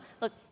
look